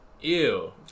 Ew